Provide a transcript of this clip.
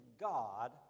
God